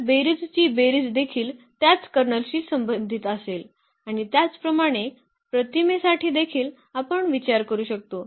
तर बेरीजची बेरीज देखील त्याच कर्नलशी संबंधित असेल आणि त्याच प्रमाणे प्रतिमेसाठी देखील आपण विचार करू शकतो